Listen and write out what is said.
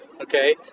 okay